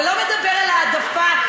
ולא מדבר על העדפה,